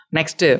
Next